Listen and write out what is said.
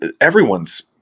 everyone's